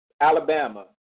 Alabama